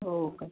हो का